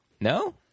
No